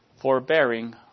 forbearing